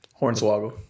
Hornswoggle